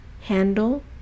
handle